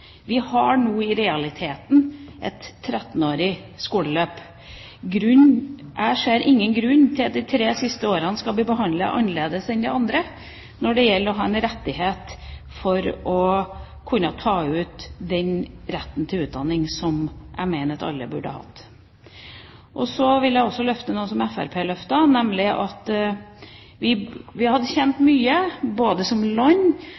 Vi har nå i realiteten et 13-årig skoleløp. Jeg ser ingen grunn til at de tre siste årene skal bli behandlet på en annen måte når det gjelder å ha en rettighet til utdanning, som jeg mener at alle burde ha. Så vil jeg løfte fram noe som også Fremskrittspartiet løftet fram, nemlig at vi hadde tjent mye som